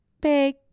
big